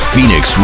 Phoenix